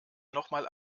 nochmal